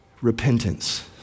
repentance